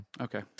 Okay